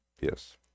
Yes